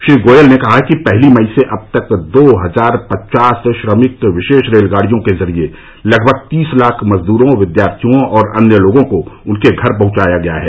श्री गोयल ने कहा कि पहली मई से अब तक दो हजार पचास श्रमिक विशेष रेलगाड़ियों के जरिए लगभग तीस लाख मजद्रों विद्यार्थियों और अन्य लोगों को उनके घर पहुंचाया गया है